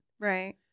Right